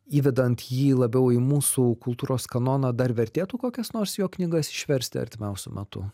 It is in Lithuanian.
įvedant jį labiau į mūsų kultūros kanoną dar vertėtų kokias nors jo knygas išversti artimiausiu metu